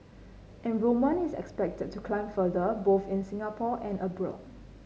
enrolment is expected to climb further both in Singapore and abroad